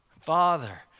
Father